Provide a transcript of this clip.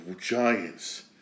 Giants